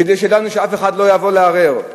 כדי שאף אחד לא יבוא לערער.